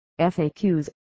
FAQs